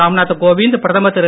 ராம்நாத் கோவிந்த் பிரதமர் திரு